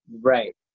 right